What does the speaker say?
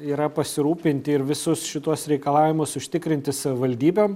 yra pasirūpinti ir visus šituos reikalavimus užtikrinti savivaldybėm